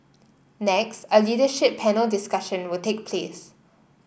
next a leadership panel discussion will take place